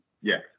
yes